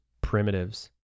primitives